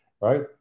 right